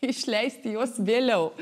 išleisti juos vėliau